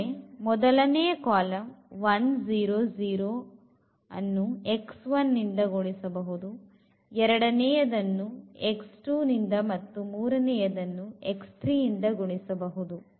ಅಂದರೆ ಮೊದಲನೇ ಕಾಲಂ 1 0 0 ಅನ್ನು ಇಂದ ಗುಣಿಸಬಹುದು ಎರಡನೆಯದನ್ನು ನಿಂದ ಮತ್ತು ಮೂರನೆಯದನ್ನು ಇಂದ ಗುಣಿಸಬಹುದು